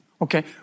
Okay